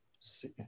See